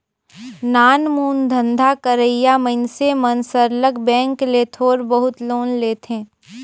नानमुन धंधा करइया मइनसे मन सरलग बेंक ले थोर बहुत लोन लेथें